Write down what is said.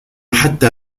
حتى